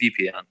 VPN